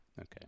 Okay